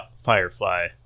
Firefly